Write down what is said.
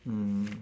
mm